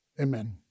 Amen